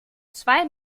zwei